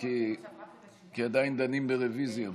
כי עדיין דנים ברוויזיה.